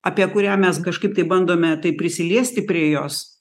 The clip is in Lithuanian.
apie kurią mes kažkaip tai bandome taip prisiliesti prie jos